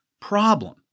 problem